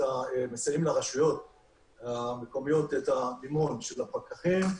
מסייעים לרשויות המקומיות עם מימון הפקחים.